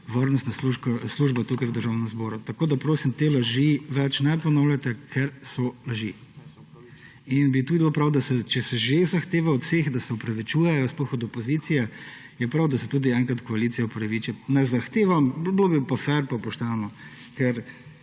varnostna služba tukaj v Državnem zboru. Tako prosim, da te laži več ne ponavljate, ker so laži. Tudi bi bilo prav, da se, če se že zahteva od vseh, da se opravičujejo, sploh od opozicije, je prav, da se tudi enkrat koalicija opraviči. Ne zahtevam, bilo bi pa fer, pa pošteno, ker